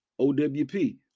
OWP